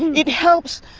it helps,